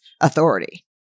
authority